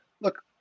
look